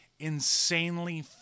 Insanely